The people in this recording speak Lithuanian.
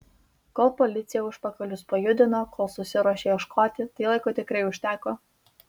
kol policija užpakalius pajudino kol susiruošė ieškoti tai laiko tikrai užteko